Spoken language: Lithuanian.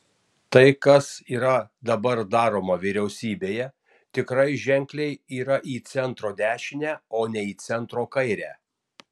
tai kas yra dabar daroma vyriausybėje tikrai ženkliai yra į centro dešinę o ne į centro kairę